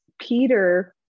Peter